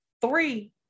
three